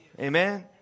Amen